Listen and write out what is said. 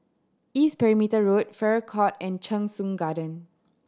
East Perimeter Road Farrer Court and Cheng Soon Garden